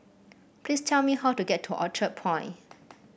please tell me how to get to Orchard Point